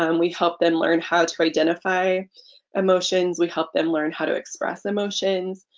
um we help them learn how to identify emotions we help them learn how to express emotions,